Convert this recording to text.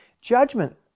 Judgment